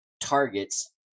targets